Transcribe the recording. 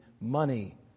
money